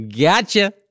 Gotcha